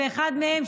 ואחד מהם,